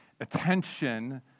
attention